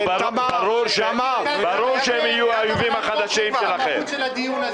-- -המהות של הדיון הזה.